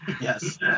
Yes